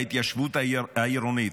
בהתיישבות העירונית,